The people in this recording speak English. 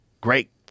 Great